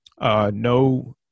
No